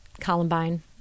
Columbine